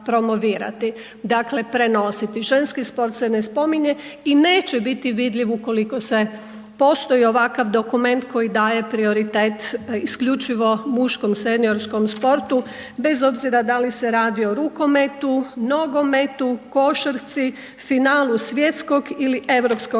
dakle prenositi. Ženski sport se ne spominje i neće biti vidljiv ukoliko postoji ovakav dokument koji daje prioritet isključivo muškom seniorskom sportu bez obzira da li se radi o rukometu, nogometu, košarci, finalu svjetskog ili europskog prvenstva.